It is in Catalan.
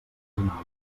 anàlogues